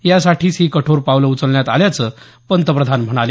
यासाठीच ही कठोर पावलं उचलण्यात आल्याचं पंतप्रधान म्हणाले